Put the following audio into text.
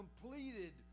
completed